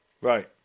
Right